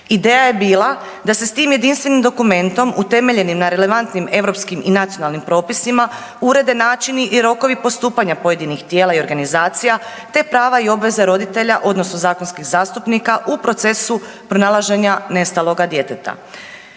Ideja je bila da se s tim jedinstvenim dokumentom utemeljenim na relevantnim europskim i nacionalnim propisima urede načini i rokovi postupanja pojedinih tijela i organizacija te prava i obveze roditelja odnosno zakonskih zastupnika u procesu pronalaženja nestaloga djeteta.